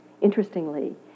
Interestingly